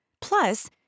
Plus